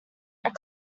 are